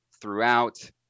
throughout